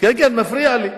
כן, כן, מפריע לי.